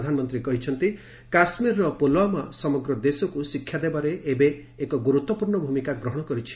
ପ୍ରଧାନମନ୍ତ୍ରୀ କହିଛନ୍ତି କାଶ୍ମୀରର ପୁଲଓ୍ୱାମା ସମଗ୍ର ଦେଶକୁ ଶିକ୍ଷା ଦେବାରେ ଏବେ ଏକ ଗୁରୁତ୍ୱପୂର୍ଣ୍ଣ ଭୂମିକା ଗ୍ରହଣ କରିଛି